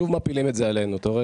שוב פעם מפילים את זה עלינו אתה רואה